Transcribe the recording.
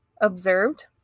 observed